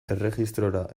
erregistrora